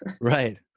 Right